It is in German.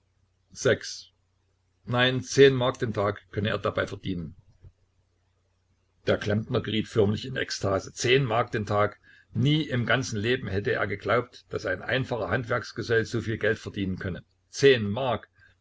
nein zehn mark den tag könne er dabei verdienen der klempner geriet förmlich in ekstase zehn mark den tag nie im ganzen leben hätte er geglaubt daß ein einfacher handwerksgesell soviel geld verdienen könne zehn mark